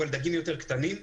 אבל דגים יותר קטנים.